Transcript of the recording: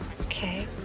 Okay